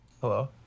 Hello